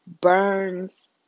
burns